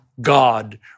God